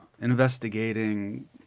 investigating